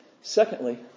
Secondly